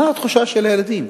מה התחושה של הילדים,